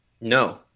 No